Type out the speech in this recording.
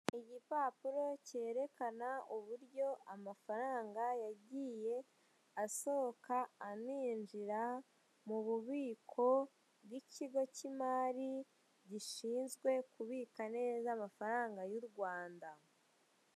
Igipapuro kerekana uburyo amafaranga yagiye asohoka, aninjira mu bubiko bw'ikigo cy'imari gishinzwe kubika neza amafaranga y'u Rwanda.